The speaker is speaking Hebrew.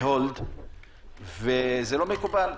ב-Hold זה לא מקובל.